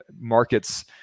markets